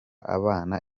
abana